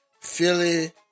Philly